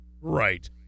Right